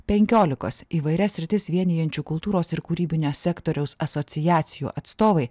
penkiolikos įvairias sritis vienijančių kultūros ir kūrybinio sektoriaus asociacijų atstovai